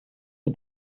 sie